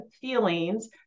feelings